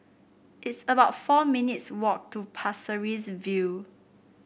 it's about four minutes' walk to Pasir Ris View